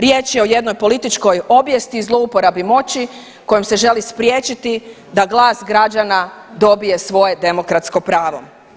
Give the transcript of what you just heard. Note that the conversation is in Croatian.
Riječ je o jednoj političkoj obijesti i zlouporabi moći kojom se želi spriječiti da glas građana dobije svoje demokratsko pravo.